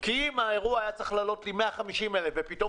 כי אם האירוע היה צריך לעלות לי 150,000 שקל ופתאום